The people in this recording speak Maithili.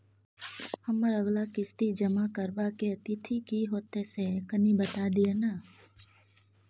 हमर अगला किस्ती जमा करबा के तिथि की होतै से कनी बता दिय न?